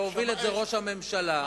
שהוביל ראש הממשלה.